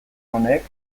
honek